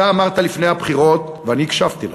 אתה אמרת לפני הבחירות, ואני הקשבתי לך,